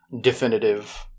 definitive